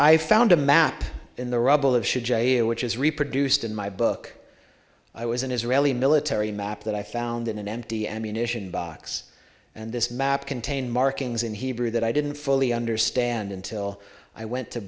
i found a map in the rubble of should j a which is reproduced in my book i was an israeli military map that i found in an empty ammunition box and this map contained markings in hebrew that i didn't fully understand until i went to